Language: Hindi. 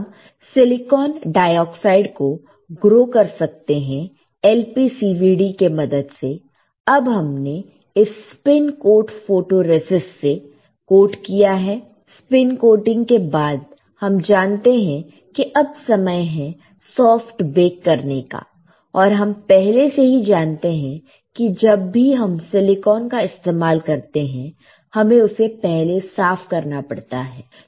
हम सिलीकौन डाइऑक्साइड को ग्रो कर सकते हैं LPCVD के मदद से अब हमने इसे स्पिन कोट फोटोरेसिस्ट से कोट किया है स्पिन कोटिंग के बाद हम जानते हैं कि अब समय है सॉफ्ट बेक करने का और हम पहले से ही जानते हैं कि जब भी हम सिलिकॉन का इस्तेमाल करते हैं हमें उसे पहले साफ करना पड़ता है